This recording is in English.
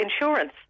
insurance